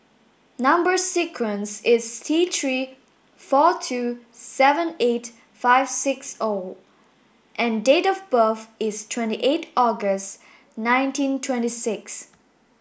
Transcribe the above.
number sequence is T three four two seven eight five six O and date of birth is twenty eight August nineteen twenty six